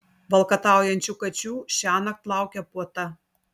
valkataujančių kačių šiąnakt laukia puota